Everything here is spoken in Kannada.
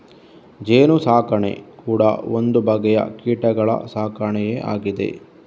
ಜೇನು ಸಾಕಣೆ ಕೂಡಾ ಒಂದು ಬಗೆಯ ಕೀಟಗಳ ಸಾಕಣೆಯೇ ಆಗಿದೆ